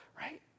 right